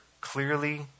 clearly